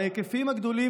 בהיקפים הגדולים,